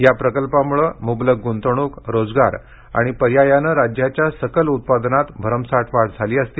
या प्रकल्पामुळे मुंबलक गुंतवणुक रोजगार आणि पर्यायाने राज्याच्या सकल उत्पादनात भरमसाठ वाढ झाली असती